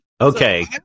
okay